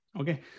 Okay